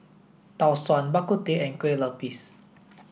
Tau Suan Bak Kut Teh and Kueh Lupis